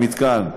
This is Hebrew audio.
המתקן,